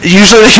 usually